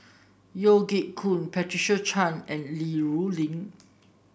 Yeo Siak Goon Patricia Chan and Li Rulin